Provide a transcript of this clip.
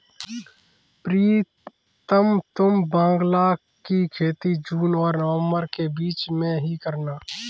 प्रीतम तुम बांग्ला की खेती जून और नवंबर के बीच में ही करना